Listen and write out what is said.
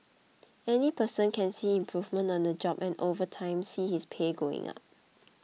any person can see improvement on the job and over time see his pay going up